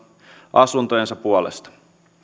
asuntojensa puolesta